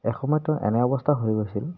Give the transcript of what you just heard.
এসময়ত তেওঁৰ এনে অৱস্থা হৈ গৈছিল